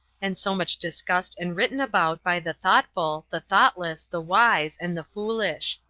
and so much discussed and written about by the thoughtful, the thoughtless, the wise, and the foolish.